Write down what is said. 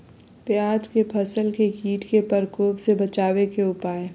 प्याज के फसल के कीट के प्रकोप से बचावे के उपाय?